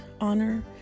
honor